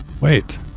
Wait